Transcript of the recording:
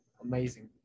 amazing